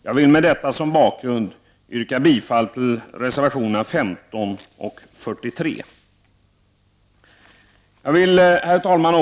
Jag vill med detta som bakgrund yrka bifall till reservationerna 15 och 43. Herr talman!